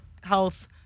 health